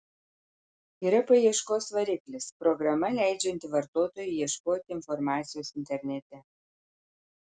yra paieškos variklis programa leidžianti vartotojui ieškoti informacijos internete